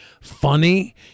funny